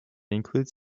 includes